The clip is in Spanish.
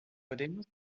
podemos